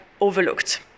overlooked